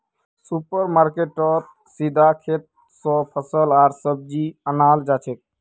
super मार्केटेत सीधा खेत स फल आर सब्जी अनाल जाछेक